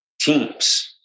teams